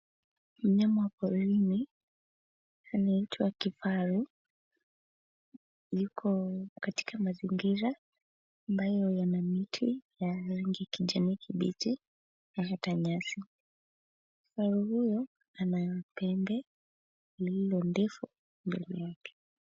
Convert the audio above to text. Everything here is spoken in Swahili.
Mnyama wa porini, anaitwa kifaru yuko katika mazingira ambayo yana miti ya rangi kijani kibichi na hata nyasi. Kifaru huyo ana pembe lililo ndefu mbele yake.